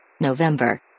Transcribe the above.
November